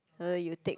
uh you take